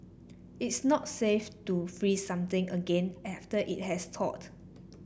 it's not safe to freeze something again after it has thawed